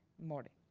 mordi?